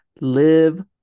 live